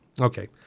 Okay